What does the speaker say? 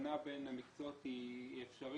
ההבחנה בין המקצועות היא אפשרית.